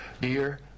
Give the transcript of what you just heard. Dear